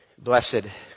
Blessed